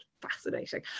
Fascinating